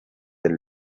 del